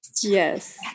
Yes